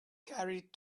carried